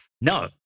no